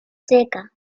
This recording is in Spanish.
secas